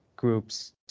groups